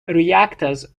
reactors